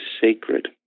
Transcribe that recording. sacred